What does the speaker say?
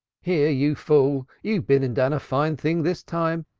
here, you fool, you've been and done a fine thing this time!